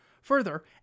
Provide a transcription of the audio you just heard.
Further